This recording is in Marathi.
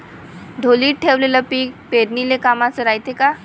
ढोलीत ठेवलेलं पीक पेरनीले कामाचं रायते का?